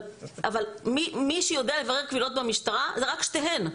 אבל מי שיודע לברר קבילות במשטרה זה רק שתיהן.